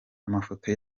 amafoto